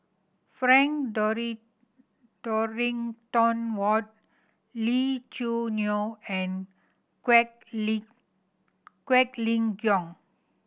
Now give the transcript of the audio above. Frank Dorrington Ward Lee Choo Neo and Quek Lee Quek Ling Kiong